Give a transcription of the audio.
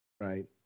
Right